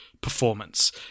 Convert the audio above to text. performance